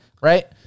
right